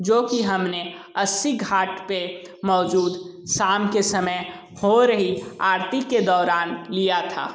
जो कि हम ने अस्सी घाट पर मौजूद शाम के समय हो रही आरती के दौरान लिया था